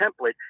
template